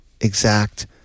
exact